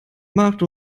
macht